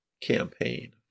campaign